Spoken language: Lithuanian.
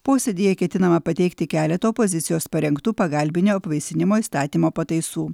posėdyje ketinama pateikti keletą opozicijos parengtų pagalbinio apvaisinimo įstatymo pataisų